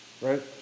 right